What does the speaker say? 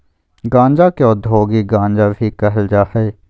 गांजा के औद्योगिक गांजा भी कहल जा हइ